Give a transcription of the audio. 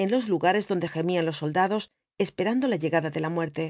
en los lugares dond gemían los soldados esperando la llegada de la muerte